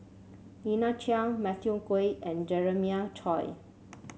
Lina Chiam Matthew Ngui and Jeremiah Choy